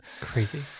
Crazy